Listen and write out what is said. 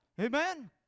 Amen